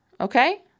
okay